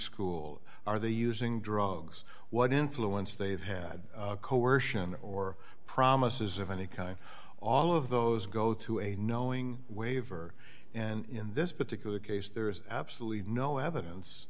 school are they using drugs what influence they have had coercion or promises of any kind all of those go to a knowing waiver and in this particular case there's absolutely no evidence